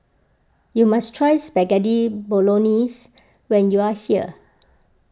you must try Spaghetti Bolognese when you are here